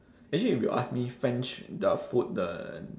actually if you ask me french their food the